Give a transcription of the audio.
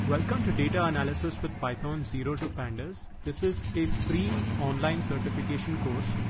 welcome to data analysis with python zero to pandas. this is a free online certification course.